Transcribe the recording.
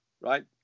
Right